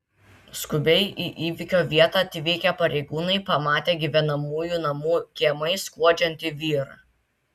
skubiai į įvykio vietą atvykę pareigūnai pamatė gyvenamųjų namų kiemais skuodžiantį vyrą